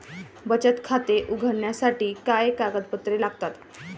बचत खाते उघडण्यासाठी काय कागदपत्रे लागतात?